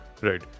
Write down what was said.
Right